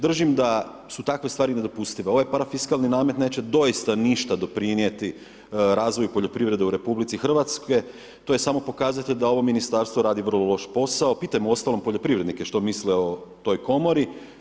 Držim da su takve stvari nedopustive, ovaj parafiskalni namet neće doista ništa doprinijeti razvoju poljoprivredi u RH, to je samo pokazatelj da ovo ministarstvo radi vrlo loš posao, pitajmo uostalom poljoprivrednike što misle o toj komori.